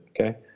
okay